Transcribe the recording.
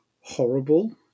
horrible